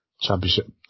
championship